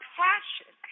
passion